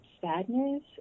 sadness